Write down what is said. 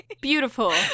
beautiful